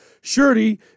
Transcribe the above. Surety